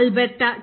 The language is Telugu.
అల్బెర్టాU